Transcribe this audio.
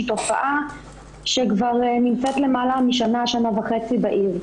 שהיא תופעה שנמצאת כבר למעלה משנה-שנה וחצי בעיר.